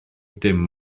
dim